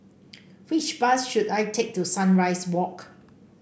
which bus should I take to Sunrise Walk